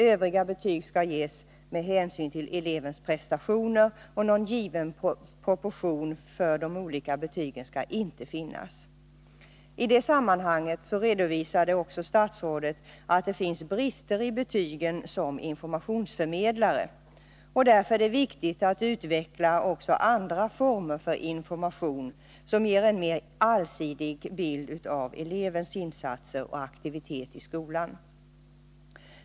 Övriga betyg skall ges med hänsyn till elevens prestationer, och någon given proportion för de olika betygen skall inte finnas. I det sammanhanget redovisade statsrådet också att det finns brister i betygen som informationsförmedlare. Därför är det viktigt att utveckla också andra former för information, som ger en mer allsidig bild av elevens insatser och aktivitet i skolan.